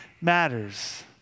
matters